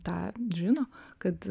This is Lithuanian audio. tą žino kad